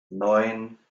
neun